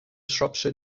shropshire